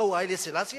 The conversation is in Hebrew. מה הוא, היילה סלאסי?